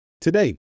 Today